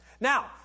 Now